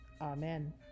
amen